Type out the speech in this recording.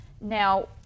Now